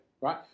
right